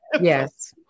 yes